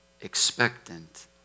expectant